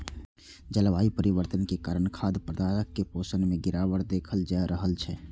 जलवायु परिवर्तन के कारण खाद्य पदार्थक पोषण मे गिरावट देखल जा रहल छै